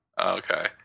Okay